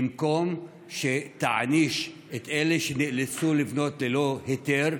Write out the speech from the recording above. במקום שתעניש את אלה שנאלצו לבנות ללא היתר,